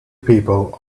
people